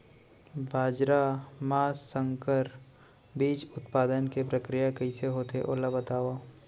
बाजरा मा संकर बीज उत्पादन के प्रक्रिया कइसे होथे ओला बताव?